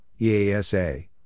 EASA